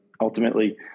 Ultimately